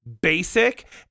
basic